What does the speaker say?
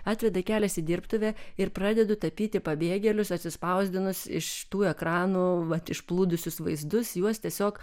atveda kelias į dirbtuvę ir pradedu tapyti pabėgėlius atsispausdinus iš tų ekranų vat užplūdusius vaizdus juos tiesiog